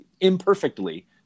imperfectly